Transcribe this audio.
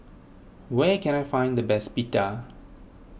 where can I find the best Pita